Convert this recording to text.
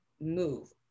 move